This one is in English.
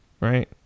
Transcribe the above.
right